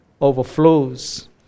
overflows